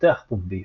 מפתח פומבי,